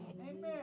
Amen